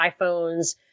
iPhones